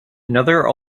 another